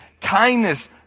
kindness